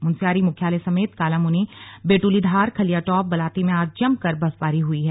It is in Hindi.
मुनस्यारी मुख्यालय समेत कालामुनि बेटुलीधार खलियाटॉप बलाति में आज जमकर बर्फबारी हुई है